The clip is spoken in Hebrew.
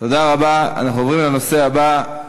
התרבות והספורט נתקבלה.